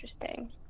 interesting